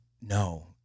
No